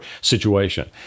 situation